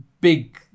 big